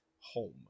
home